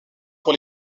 pour